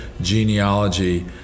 genealogy